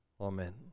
Amen